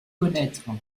connaître